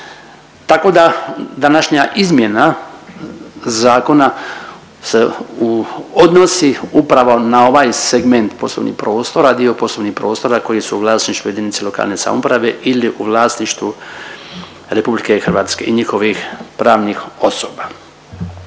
Tako da današnja izmjena zakona se odnosi upravo na ovaj segment poslovni prostor, dio poslovnih prostora koji su u vlasništvu jedinica lokalne samouprave ili u vlasništvu RH i njihovih pravnih osoba.